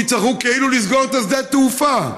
יצטרכו כאילו לסגור את שדה התעופה,